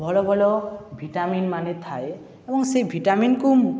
ଭଲ ଭଲ ଭିଟାମିନ ମାନେ ଥାଏ ଏବଂ ସେ ଭିଟାମିନକୁ